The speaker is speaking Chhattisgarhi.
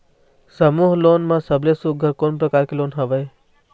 समूह लोन मा सबले सुघ्घर कोन प्रकार के लोन हवेए?